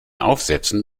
aufsätzen